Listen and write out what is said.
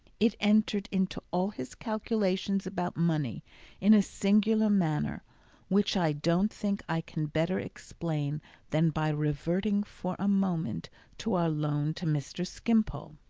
it entered into all his calculations about money in a singular manner which i don't think i can better explain than by reverting for a moment to our loan to mr. skimpole.